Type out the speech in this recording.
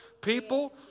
people